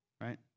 right